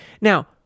Now